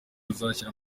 azishyura